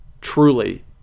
truly